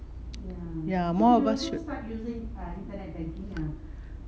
ya more of us should